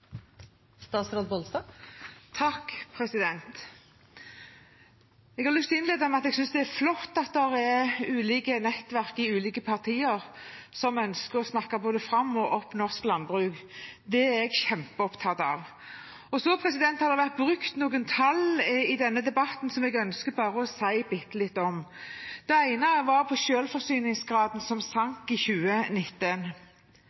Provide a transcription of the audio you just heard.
at det er ulike nettverk i ulike partier som ønsker å snakke både fram og opp norsk landbruk. Det er jeg kjempeopptatt av. Det har vært brukt noen tall i denne debatten som jeg ønsker å si bitte litt om. Det ene er selvforsyningsgraden, som